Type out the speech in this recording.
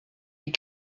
les